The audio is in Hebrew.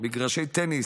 מגרשי טניס,